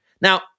Now